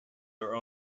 are